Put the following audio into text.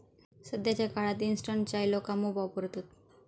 सध्याच्या काळात इंस्टंट चाय लोका मोप वापरतत